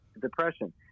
depression